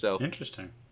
Interesting